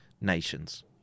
Nations